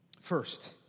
First